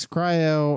Cryo